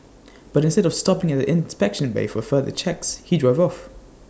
but instead of stopping at the inspection bay for further checks he drove off